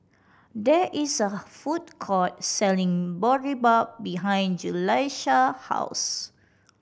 there is a food court selling Boribap behind Julissa house